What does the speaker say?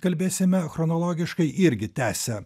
kalbėsime chronologiškai irgi tęsia